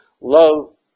love